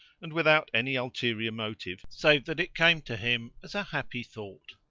and without any ulterior motive, save that it came to him as a happy thought.